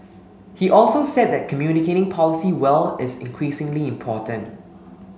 he also said that communicating policy well is increasingly important